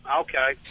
Okay